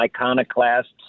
iconoclasts